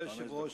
אדוני היושב-ראש,